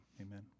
Amen